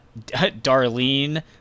darlene